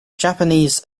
japanese